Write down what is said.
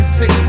six